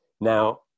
Now